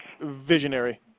Visionary